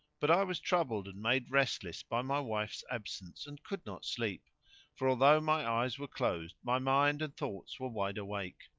but i was troubled and made restless by my wife's absence and could not sleep for although my eyes were closed my mind and thoughts were wide awake.